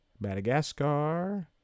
Madagascar